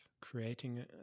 creating